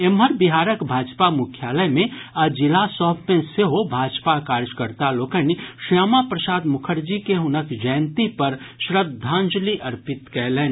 एम्हर बिहारक भाजपा मुख्यालय मे आ जिला सभ मे सेहो भाजपा कार्यकर्ता लोकनि श्यामा प्रसाद मुखर्जी के हुनक जयंती पर श्रद्धाजंलि अर्पित कयलनि